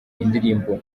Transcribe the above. indirimbo